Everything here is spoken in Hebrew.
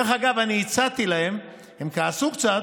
דרך אגב, אני הצעתי להם, הם כעסו קצת,